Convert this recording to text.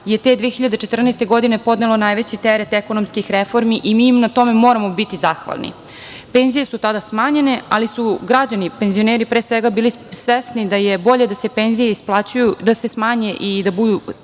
je te 2014. godine podnelo najveći teret ekonomskih reformi i mi im na tome moramo biti zahvalni. Penzije su tada smanjene, ali su građani, penzioneri pre svega bili svesni da je bolje da se penzije smanje i da budu